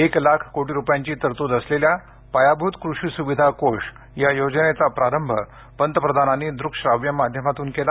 एक लाख कोटी रुपयांची तरतूद असलेल्या पायाभूत कृषी सुविधा कोष या योजनेचा प्रारभ पंतप्रधानांनी दूकश्राव्य माध्यमातून केला